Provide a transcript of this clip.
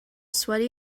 sweaty